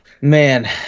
Man